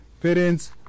parents